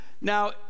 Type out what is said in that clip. now